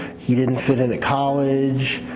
he didn't fit in at college,